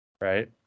right